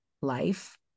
life